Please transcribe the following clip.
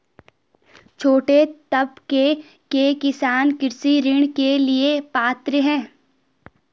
छोटे तबके के किसान कृषि ऋण के लिए पात्र हैं?